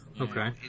okay